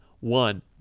one